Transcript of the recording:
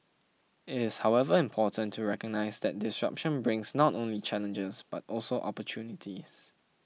it is however important to recognise that disruption brings not only challenges but also opportunities